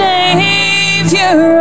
Savior